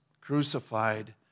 crucified